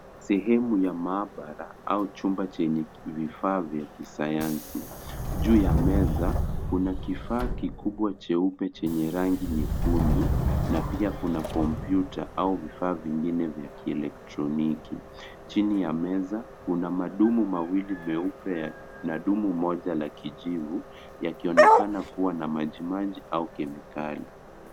Sehemu ya maabara au chumba chenye vifaa vya kisayansi. Juu ya meza, kuna kifaa kikubwa cheupe chenye rangi nyekundu na pia kuna kompyuta au vifaa vingine vya kielektroniki. Chini ya meza kuna madumu mawili meupe na dumu moja la kijivu yakionekana kuwa na majimaji au kemikali.